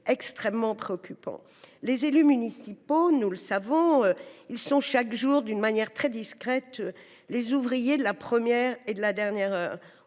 extrêmement préoccupant. Les élus municipaux sont, chaque jour, d’une manière très discrète, les ouvriers de la première et de la dernière heure.